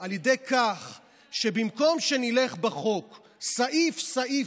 על ידי כך שבמקום שנלך בחוק סעיף-סעיף-סעיף,